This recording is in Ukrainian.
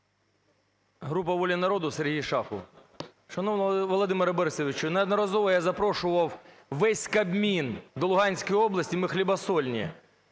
Група "Воля народу", Сергій Шахов. Шановний Володимире Борисовичу, неодноразово я запрошував весь Кабмін до Луганської області, ми хлібосольні.